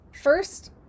first